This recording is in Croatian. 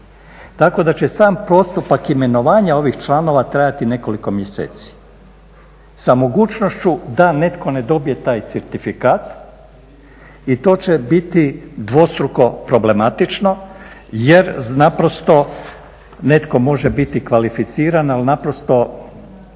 Tako da će sam postupak imenovanja ovih članova trajati nekoliko mjeseci sa mogućnošću da netko ne dobije taj certifikat. I to će biti dvostruko problematično jer naprosto netko može biti kvalificiran ali naprosto